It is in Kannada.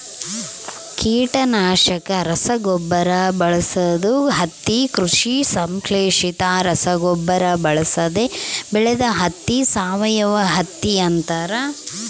ಕೀಟನಾಶಕ ರಸಗೊಬ್ಬರ ಬಳಸದ ಹತ್ತಿ ಕೃಷಿ ಸಂಶ್ಲೇಷಿತ ರಸಗೊಬ್ಬರ ಬಳಸದೆ ಬೆಳೆದ ಹತ್ತಿ ಸಾವಯವಹತ್ತಿ ಅಂತಾರ